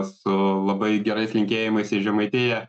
su labai gerais linkėjimais į žemaitiją